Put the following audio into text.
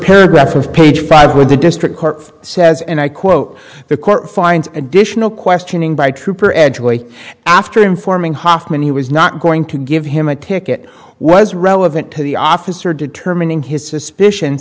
paragraph of page five with the district court says and i quote the court finds additional questioning by trooper edgeways after informing hofmann he was not going to give him a ticket was relevant to the officer determining his suspicion